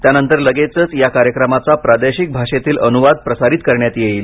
त्यानंतर लगेचच या कार्यक्रमाचा प्रादेशिक भाषेतील अनुवाद प्रसारित करण्यात येईल